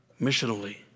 missionally